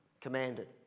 commanded